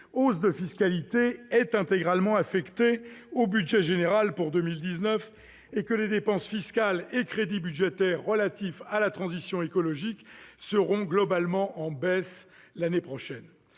hausse de fiscalité est intégralement affectée au budget général pour 2019 et que les dépenses fiscales et crédits budgétaires relatifs à la transition écologique seront globalement en baisse l'année prochaine.